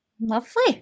lovely